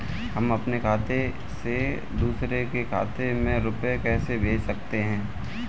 हम अपने खाते से दूसरे के खाते में रुपये कैसे भेज सकते हैं?